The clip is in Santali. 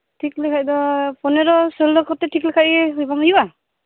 ᱴᱷᱤᱠ ᱞᱟᱹᱜᱤᱫ ᱫᱚ ᱯᱚᱱᱮᱨᱚ ᱥᱳᱞᱚ ᱠᱚᱛᱮ ᱴᱷᱤᱠ ᱞᱮᱠᱷᱟᱡ ᱜᱤ ᱵᱟᱝ ᱦᱩᱭᱩᱜᱼᱟ